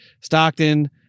Stockton